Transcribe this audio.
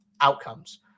outcomes